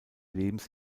lebens